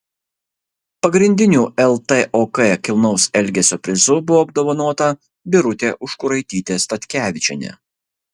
pagrindiniu ltok kilnaus elgesio prizu buvo apdovanota birutė užkuraitytė statkevičienė